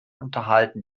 unterhalten